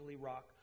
Rock